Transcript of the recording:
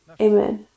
Amen